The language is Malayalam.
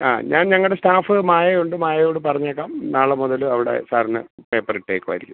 ആ ഞാൻ ഞങ്ങളുടെ സ്റ്റാഫ് മായയുണ്ട് മായയോട് പറഞ്ഞേക്കാം നാളെ മുതൽ അവിടെ സാറിന് പേപ്പറിട്ടേക്കുവായിരിക്കും